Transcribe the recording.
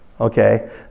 Okay